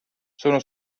sono